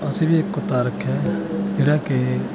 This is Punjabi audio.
ਅਸੀਂ ਵੀ ਇੱਕ ਕੁੱਤਾ ਰੱਖਿਆ ਹੈ ਜਿਹੜਾ ਕਿ